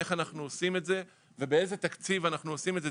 איך אנחנו עושים את זה ובאיזה תקציב אנחנו עושים את זה.